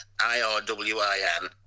I-R-W-I-N